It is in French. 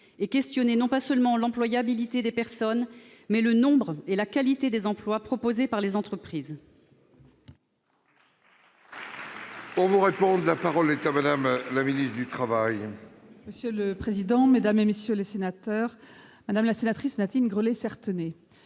de questionner non seulement l'employabilité des personnes, mais aussi le nombre et la qualité des emplois proposés par les entreprises